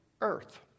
earth